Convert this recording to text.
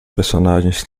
personagens